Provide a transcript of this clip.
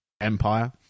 Empire